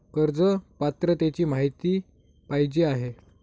कर्ज पात्रतेची माहिती पाहिजे आहे?